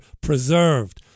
preserved